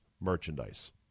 merchandise